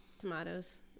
tomatoes